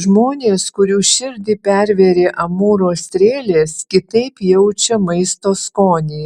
žmonės kurių širdį pervėrė amūro strėlės kitaip jaučią maisto skonį